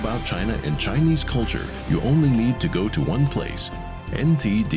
about china in chinese culture you only need to go to one place and